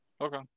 Okay